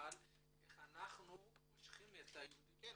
אבל איך אנחנו מושכים את היהודים לכאן,